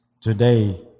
today